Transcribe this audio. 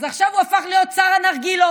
אז עכשיו הוא הפך להיות שר הנרגילות.